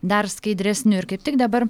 dar skaidresniu ir kaip tik dabar